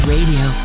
Radio